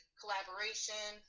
collaboration